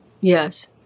Yes